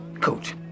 Coach